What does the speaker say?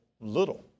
little